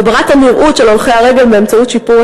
הגברת הנראות של הולכי הרגל באמצעות שיפור